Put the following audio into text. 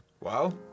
Wow